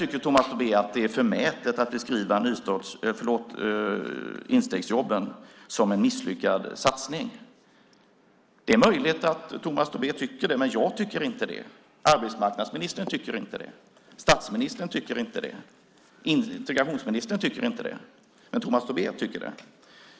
Tomas Tobé tycker att det är förmätet att beskriva instegsjobben som en misslyckad satsning. Det är möjligt att han tycker det, men jag tycker inte det. Arbetsmarknadsministern, statsministern och integrationsministern tycker inte det, men Tomas Tobé tycker det.